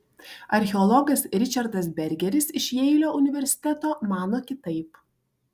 archeologas ričardas bergeris iš jeilio universiteto mano kitaip